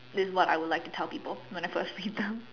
this is what I would like to tell people when I first meet them